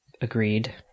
Agreed